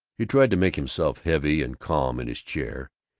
he tried to make himself heavy and calm in his chair,